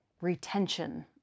retention